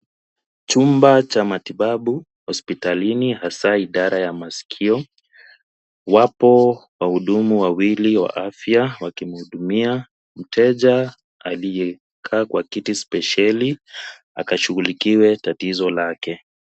Chumba cha matibabu hospitalini hasa idara ya maskio, wapo wahudumu wawili wa afya wakimuhudumia mteja aliyekaa kwa kiti spesheli akashughulikiwe tatizo lake.